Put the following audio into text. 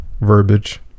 verbiage